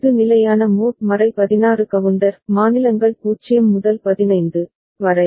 இது நிலையான mode 16 counter மாநிலங்கள் 0 முதல் 15 வரை